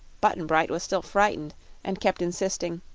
button-bright was still frightened and kept insisting,